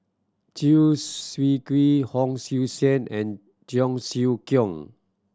Chew Swee Kee Hon Sui Sen and Cheong Siew Keong